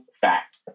fact